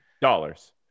dollars